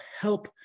help